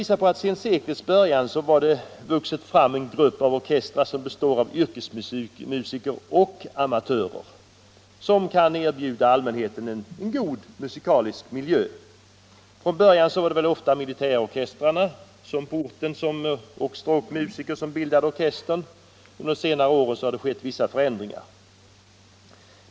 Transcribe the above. Sedan seklets början har det emellertid vuxit fram en grupp orkestrar som består av yrkesmusiker och amatörer, vilka kan erbjuda allmänheten en god musikalisk miljö. Från början var det ofta militärorkestern på orten och stråkmusiker som bildade orkestern. Under de senaste åren har det skett vissa förändringar.